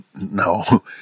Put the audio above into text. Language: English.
No